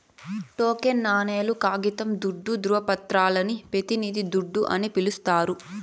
token నాణేలు, కాగితం దుడ్డు, దృవపత్రాలని పెతినిది దుడ్డు అని పిలిస్తారు